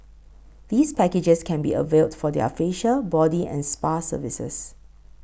these packages can be availed for their facial body and spa services